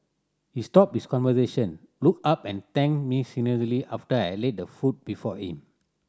he stopped his conversation looked up and thanked me after I laid the food before him